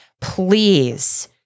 please